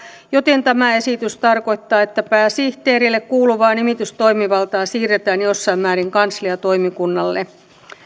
joten tämä esitys tarkoittaa että pääsihteerille kuuluvaa nimitystoimivaltaa siirretään jossain määrin kansliatoimikunnalle